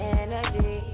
energy